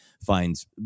finds